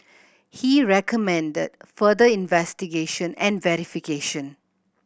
he recommended further investigation and verification